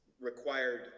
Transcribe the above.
required